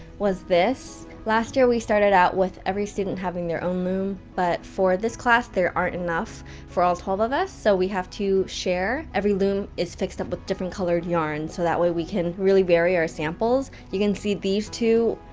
was this. last year we started out with every student having their own loom, but for this class, there aren't enough for all twelve of us, so we have to share. every loom is fixed up with different colored yarn, so that way we can really vary our samples, you can see, these two.